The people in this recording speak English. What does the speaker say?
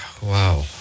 wow